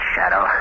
Shadow